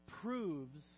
proves